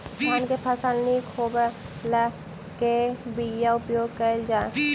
धान केँ फसल निक होब लेल केँ बीया उपयोग कैल जाय?